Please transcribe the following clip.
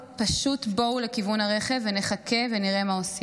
פשוט בואו לכיוון הרכב ונחכה ונראה מה עושים.